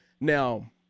Now